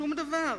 שום דבר.